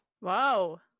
Wow